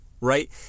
right